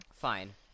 Fine